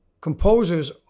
composers